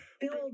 build